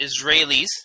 Israelis